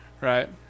Right